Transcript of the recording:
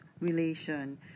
relation